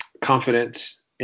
confidence